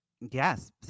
Yes